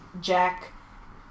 Jack